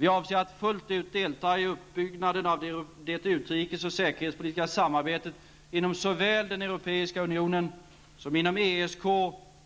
Vi avser att fullt ut delta i utbyggnaden av det utrikes och säkerhetspolitiska samarbetet inom såväl den Europeiska unionen som inom ESK